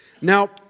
Now